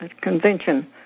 convention